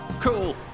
Cool